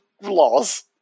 laws